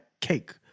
cake